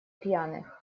пьяных